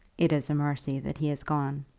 it is a mercy that he has gone,